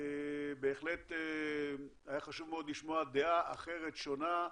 בהחלט היה חשוב לשמוע דעה אחרת, שונה,